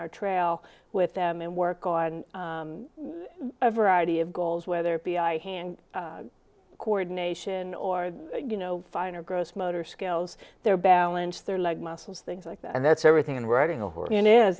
our trail with them and work on a variety of goals whether it be eye hand coordination or you know finer gross motor skills their balance their leg muscles things like that and that's everything